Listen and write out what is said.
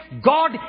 God